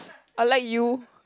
unlike you